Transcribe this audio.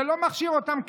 זה לא מכשיר אותם כזרם,